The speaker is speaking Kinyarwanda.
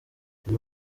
uyu